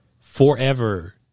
forever